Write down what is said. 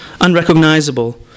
unrecognizable